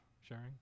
sharing